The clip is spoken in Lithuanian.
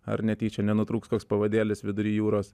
ar netyčia nenutrūks toks pavadėlis vidury jūros